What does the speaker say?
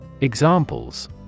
Examples